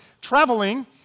traveling